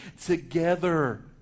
together